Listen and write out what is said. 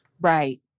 Right